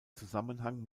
zusammenhang